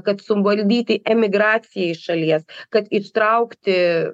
kad suvaldyti emigraciją iš šalies kad ištraukti